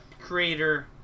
creator